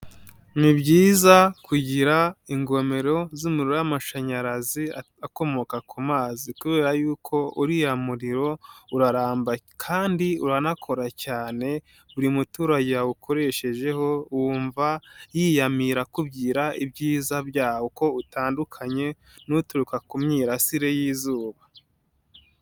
Ni byiza kugira ingomero z'umuriro w'amashanyarazi akomoka ku mazi kubera yuko uriya muriro uraramba kandi uranakora cyane, buri muturage wawukoreshejeho wumva yiyamira akubyira ibyiza byawo uko utandukanye n'uturuka ku myirasire y'izuba.